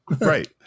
Right